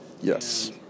yes